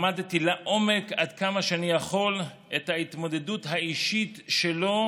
למדתי לעומק עד כמה שאני יכול את ההתמודדות האישית שלו,